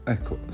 Ecco